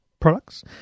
products